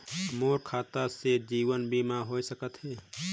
मोर खाता से जीवन बीमा होए सकथे?